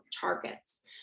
targets